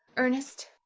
ernest,